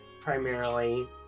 primarily